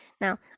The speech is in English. Now